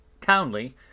Townley